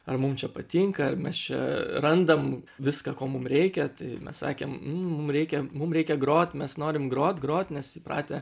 ar mum čia patinka ar mes čia randam viską ko mum reikia tai mes sakėm nu mum reikia mum reikia grot mes norim grot grot nes įpratę